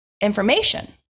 information